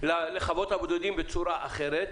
לחוות הבודדים בצורה אחרת,